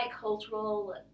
cultural